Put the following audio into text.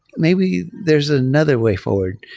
maybe there's another way forward.